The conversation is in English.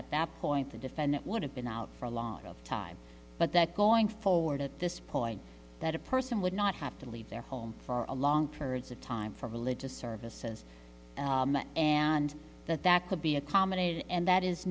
at that point the defendant would have been out for a lot of time but that going forward at this point that a person would not have to leave their home for a long periods of time for religious services and that that could be accommodated and that is